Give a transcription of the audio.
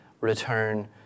return